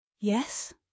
Yes